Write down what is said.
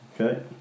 Okay